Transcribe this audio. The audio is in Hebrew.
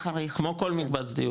כמו כל מקבץ דיור.